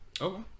Okay